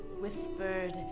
whispered